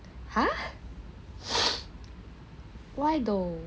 !huh! why though